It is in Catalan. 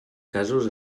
casos